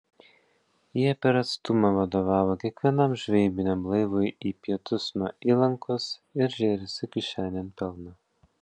jie per atstumą vadovavo kiekvienam žvejybiniam laivui į pietus nuo įlankos ir žėrėsi kišenėn pelną